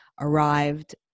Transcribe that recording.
arrived